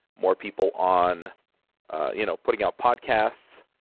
more people on you know putting out podcasts.